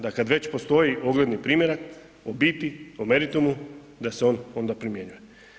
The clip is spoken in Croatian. Da kad već postoji ogledni primjerak o biti, o meritumu da se on onda primjenjuje.